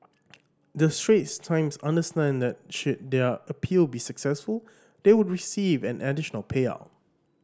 the Straits Times understand that should their appeal be successful they would receive an additional payout